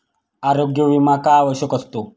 आरोग्य विमा का आवश्यक असतो?